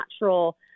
natural